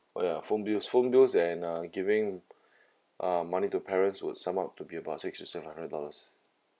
oh ya phone bills phone bills and uh giving uh money to parents would sum up to be about six to seven hundred dollars